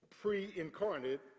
pre-incarnate